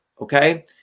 okay